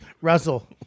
Russell